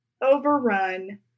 Overrun